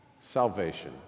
salvation